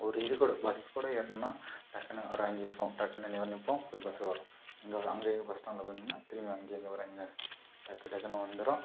ஒரு இது கூட பஸ் கூட ஏறணும்னா டக்குனு ஒரு அஞ்சு நிம்ஷம் டக்குனு நிற்போம் பஸ்ஸு வரும் அங்கே அங்கே பஸ் ஸ்டாண்டில் போய் நின்று திரும்பி அங்கேயிருந்து ஒரு அஞ்சு நிம்ஷம் டக்கு டக்குனு வந்துடும்